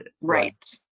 Right